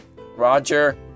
Roger